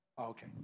Okay